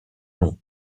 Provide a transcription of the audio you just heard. long